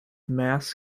mass